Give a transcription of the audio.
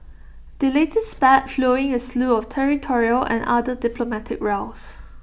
the latest spat flowing A slew of territorial and other diplomatic rows